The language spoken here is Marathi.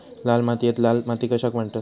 लाल मातीयेक लाल माती कशाक म्हणतत?